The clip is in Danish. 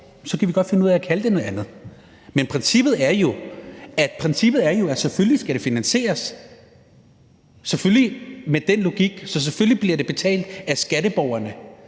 så kan vi godt finde ud af at kalde det noget andet. Men princippet er jo, at selvfølgelig skal det finansieres. Så selvfølgelig, med den logik, bliver det betalt af skatteborgerne.